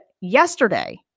yesterday